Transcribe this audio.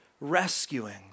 rescuing